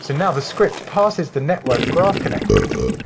so now the script parses the network graph connectivity,